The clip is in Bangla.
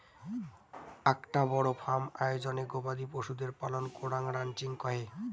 আকটা বড় ফার্ম আয়োজনে গবাদি পশুদের পালন করাঙ রানচিং কহে